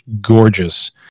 gorgeous